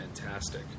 fantastic